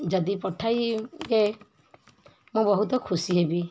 ଯଦି ପଠାଇବେ ମୁଁ ବହୁତ ଖୁସି ହେବି